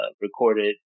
recorded